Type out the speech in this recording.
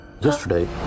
Yesterday